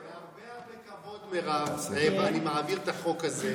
בהרבה כבוד, מירב, אני מעביר את החוק הזה.